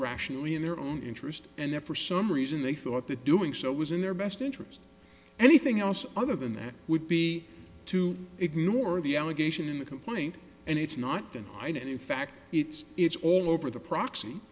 rationally in their own interest and there for some reason they thought that doing so was in their best interest anything else other than that would be to ignore the allegation in the complaint and it's not that high and in fact it's it's all over the proxy